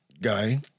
guy